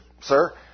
Sir